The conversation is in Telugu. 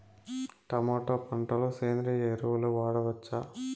టమోటా పంట లో సేంద్రియ ఎరువులు వాడవచ్చా?